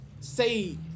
say